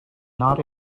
not